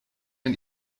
and